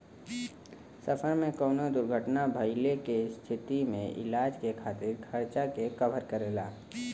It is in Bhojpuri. सफर में कउनो दुर्घटना भइले के स्थिति में इलाज के खातिर खर्चा के कवर करेला